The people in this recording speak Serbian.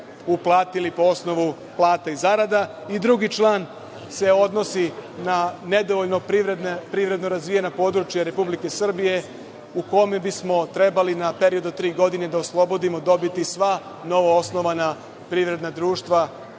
uplatili po osnovu plata i zarada. Drugi član se odnosi na nedovoljno privredno razvijena područja Republike Srbije u kome bismo trebali na period od tri godine da oslobodimo dobiti sva novoosnovana privredna društva,